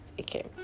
Okay